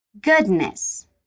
goodness